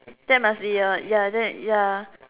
that must be a ya that ya